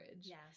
Yes